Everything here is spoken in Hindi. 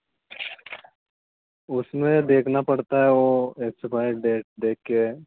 उसमें देखना पड़ता है वह एक्सपायर डेट देख कर